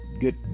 good